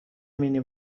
مینی